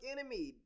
Enemy